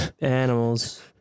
Animals